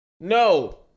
No